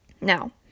Now